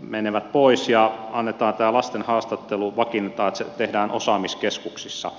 menevät pois ja vakiinnutetaan että tämä lasten haastattelu tehdään osaamiskeskuksissa